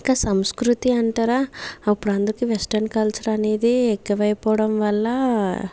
ఇంకా సంస్కృతి అంటరా అప్పుడందరికీ వెస్టర్న్ కల్చర్ అనేది ఎక్కువైపోవడం వల్ల